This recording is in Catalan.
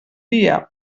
dia